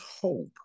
hope